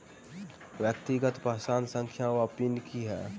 व्यक्तिगत पहचान संख्या वा पिन की है?